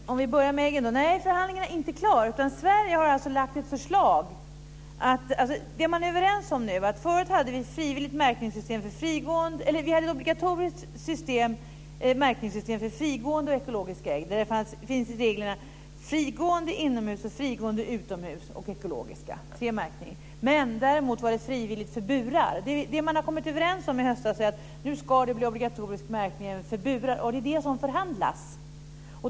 Fru talman! Vi börjar med äggen. Nej, förhandlingarna är inte klara. Sverige har lagt fram ett förslag. Förut hade vi ett obligatoriskt märkningssystem för frigående och ekologiska ägg. Det finns bland reglerna begreppen frigående inomhus, frigående utomhus och ekologiska. Det är tre märkningar. Men däremot var det frivillig märkning för burar. I höstas kom man överens om att det nu ska bli obligatorisk märkning även för burar. Det är det som nu förhandlas.